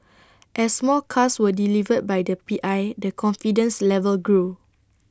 as more cars were delivered by the P I the confidence level grew